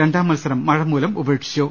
രണ്ടാം മത്സരം മഴമൂലം ഉപേക്ഷിച്ചു